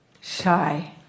shy